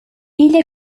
igl